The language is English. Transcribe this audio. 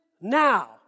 now